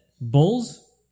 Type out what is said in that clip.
Bulls